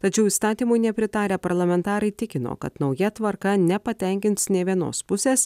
tačiau įstatymui nepritarę parlamentarai tikino kad nauja tvarka nepatenkins nė vienos pusės